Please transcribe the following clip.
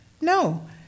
No